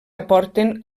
aporten